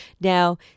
Now